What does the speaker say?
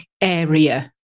area